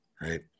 right